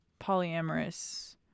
polyamorous